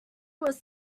was